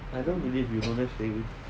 I don't believe you don't have savings